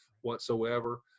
whatsoever